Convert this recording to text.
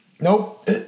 Nope